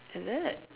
is it